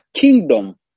kingdom